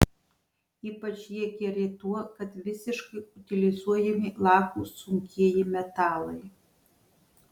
ypač jie geri tuo kad visiškai utilizuojami lakūs sunkieji metalai